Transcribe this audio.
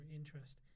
interest